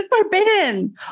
Forbidden